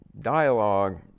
dialogue